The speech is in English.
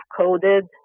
coded